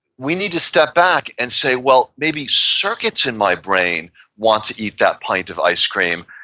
we need to step back and say, well, maybe circuits in my brain want to eat that pint of ice cream,